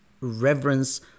reverence